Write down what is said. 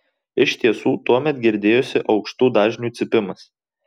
iš tiesų tuomet girdėjosi aukštų dažnių cypimas